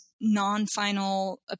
non-final